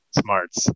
smarts